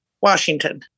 washington